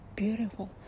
beautiful